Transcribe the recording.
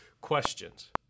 questions